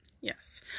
Yes